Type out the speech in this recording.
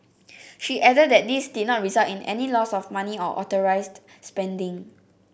she added that this did not result in any loss of money or unauthorised spending